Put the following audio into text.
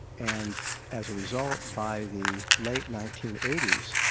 and as a result, by the late nineteen eighty s,